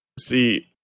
see